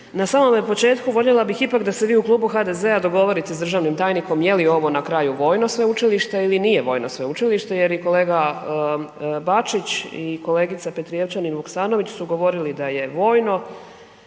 Na samome početku voljela bih ipak da se vi u Klubu HDZ-a dogovorite s državnim tajnikom je li ovo na kraju vojno sveučilište ili nije vojno sveučilište jer i kolega Bačić i kolegica Petrijevčanin-Vuksanović su govorili da je vojno